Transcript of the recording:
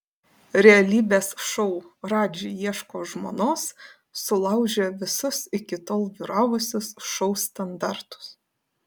realybės šou radži ieško žmonos sulaužė visus iki tol vyravusius šou standartus